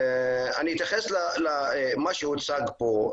אני אתייחס למה שהוצג פה.